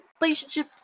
relationship